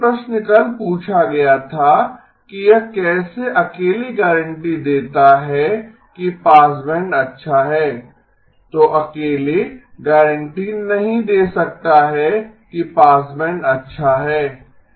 जो प्रश्न कल पूछा गया था कि यह कैसे अकेले गारंटी देता है कि पासबैंड अच्छा है तो अकेले गारंटी नहीं दे सकता है कि पासबैंड अच्छा है